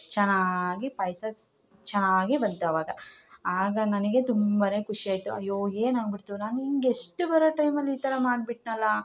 ಚೆನ್ನಾಗಿ ಪಾಯಸ ಸ್ ಚೆನ್ನಾಗಿ ಬಂತು ಅವಾಗ ಆಗ ನನಗೆ ತುಂಬಾ ಖುಷಿ ಆಯಿತು ಅಯ್ಯೋ ಏನಾಗ್ಬಿಡ್ತು ನಾನು ಗೆಸ್ಟ್ ಬರೋ ಟೈಮಲ್ಲಿ ಈ ಥರ ಮಾಡಿಬಿಟ್ನಲ್ಲ